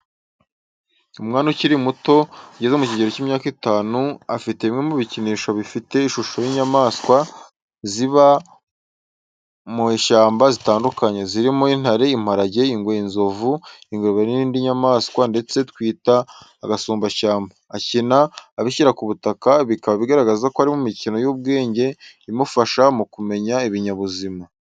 Umwana ukiri muto ugeze mu kigero cy’imyaka itanu, afite bimwe mu bikinisho bifite ishusho y’inyamaswa ziba mu ishyamba zitandukanye, zirimo intare, imparage, ingwe, inzovu, ingurube n’indi nyamanswa ndende twita gasumbashyamba. Akina abishyira ku butaka, bikaba bigaragaza ko ari mu mikino y’ubwenge imufasha mu kumenya ibinyabuzima.